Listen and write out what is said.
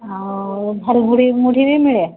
ଆଉ ଝାଲ୍ ମୁଢ଼ି ମୁଢ଼ି ବି ମିଳେ